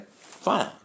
fine